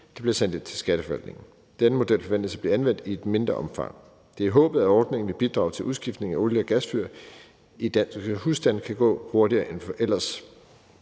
der bliver sendt ind til Skatteforvaltningen. Denne model forventes at blive anvendt i et mindre omfang. Det er håbet, at ordningen vil bidrage til, at udskiftning af olie- og gasfyr i danske husstande kan gå hurtigere end ellers.